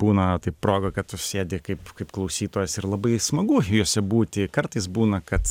būna tai proga kad tu sėdi kaip kaip klausytojas ir labai smagu juose būti kartais būna kad